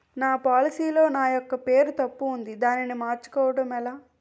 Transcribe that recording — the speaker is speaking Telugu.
నా పోలసీ లో నా యెక్క పేరు తప్పు ఉంది దానిని మార్చు కోవటం ఎలా?